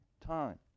time